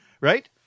right